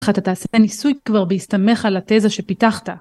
איך אתה עשית ניסוי כבר בהסתמך על התזה שפיתחת.